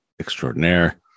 extraordinaire